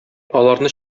аларны